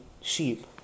sheep